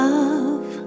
Love